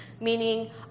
meaning